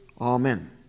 amen